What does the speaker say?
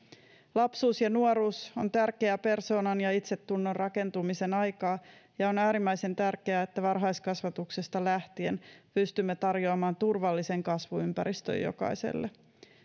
lapsuus ja nuoruus on tärkeää persoonan ja itsetunnon rakentumisen aikaa ja on äärimmäisen tärkeää että varhaiskasvatuksesta lähtien pystymme tarjoamaan turvallisen kasvuympäristön jokaiselle